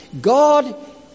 God